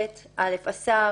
12ב. (א) השר